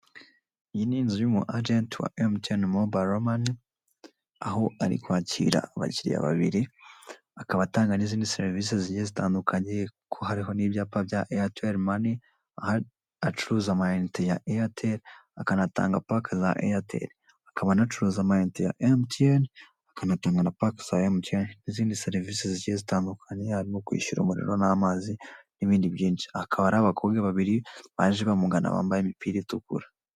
Iyi ni inzu y'umu ajenti wa Emutiyeni mobayiro mani aho ari kwakira abakiriya babiri akaba atanga n'izindi serivisi zigiye zitandukanye kuko hariho n'ibyapa bya Eyateli mani aho acuruza ama inite ya Eyateli akanatanga pake za Eyateli, akaba anacuruza ama inite ya Emutiyeni akanatanga na pake za Emutiyeni n'izindi serivisi zigiye zitandukanye harimo kwishyura umuriro n'amazi n'ibindi byinshi, hakaba hari abakobwa baje bamugana bambaye imipira itukura.